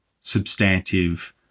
substantive